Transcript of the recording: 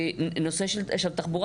נושא של תחבורה